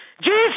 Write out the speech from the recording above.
Jesus